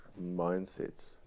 mindsets